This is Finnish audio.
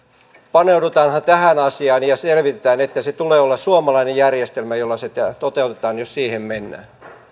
paneudutaanhan tähän asiaan ja selvitetäänhän sitä niin että sen tulee olla suomalainen järjestelmä jolla se toteutetaan jos siihen mennään